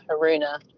Haruna